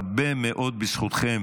הרבה מאוד בזכותכם